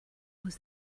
was